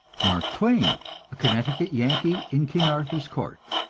mark twain a connecticut yankee in king arthur's court.